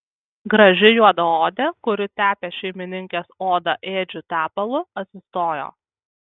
graži juodaodė kuri tepė šeimininkės odą ėdžiu tepalu atsistojo